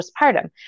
postpartum